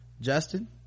justin